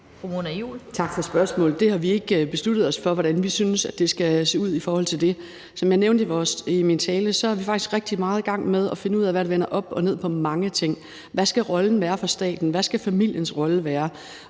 Tak for spørgsmålet. Det har vi ikke besluttet os for, altså hvordan vi synes det skal se ud i forhold til det. Som jeg nævnte i min tale, er vi faktisk rigtig meget i gang med at finde ud af, hvad der vender op og ned på mange ting: Hvad skal rollen være for staten, og hvad skal familiens rolle være?